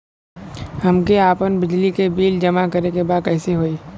हमके आपन बिजली के बिल जमा करे के बा कैसे होई?